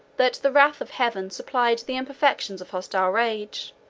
that the wrath of heaven supplied the imperfections of hostile rage